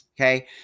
Okay